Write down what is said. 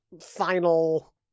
final